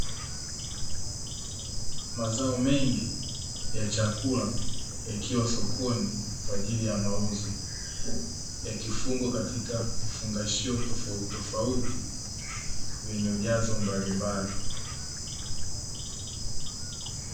Mazao mengi ya chakula yakiwa sokoni kwa ajili ya mauzo, yakifungwa katika vifungashio tofauti tofauti vyenye ujazo mbalimbali.